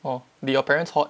orh did your parents hoard